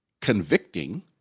convicting